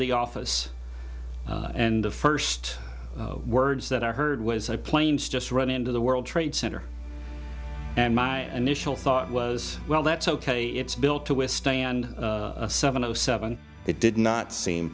the office and the first words that i heard was i planes just run into the world trade center and my initial thought was well that's ok it's built to withstand a seven o seven it did not seem